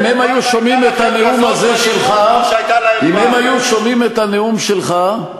אם הם היו שומעים אז את הנאום שלך,